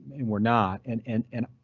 and we're not and. and and